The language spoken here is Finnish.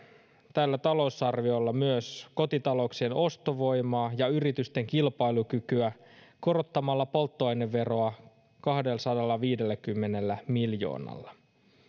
tällä talousarviolla myös kotitalouksien ostovoimaa ja yritysten kilpailukykyä korottamalla polttoaineveroa kahdellasadallaviidelläkymmenellä miljoonalla